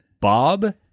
Bob